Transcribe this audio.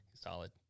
Solid